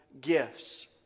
gifts